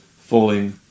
falling